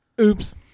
Oops